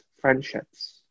friendships